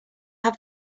have